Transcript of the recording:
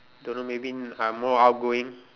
don't know maybe uh more outgoing